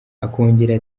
akongera